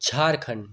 Jharkhand